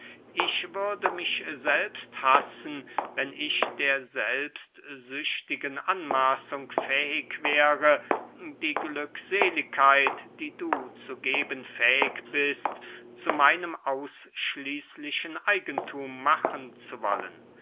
ich würde mich selbst hassen wenn ich der selbstsüchtigen anmaßung fähig wäre die glückseligkeit die du zu geben fähig bist zu meinem ausschließlichen eigenthum machen zu wollen